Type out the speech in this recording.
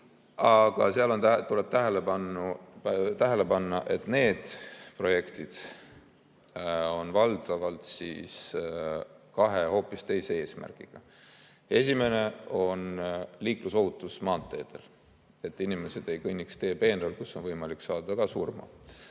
Aga seal tuleb tähele panna, et need projektid on valdavalt kahe hoopis teise eesmärgiga. Esimene eesmärk on liiklusohutus maanteedel, et inimesed ei kõnniks teepeenral, kus on võimalik saada ka surma,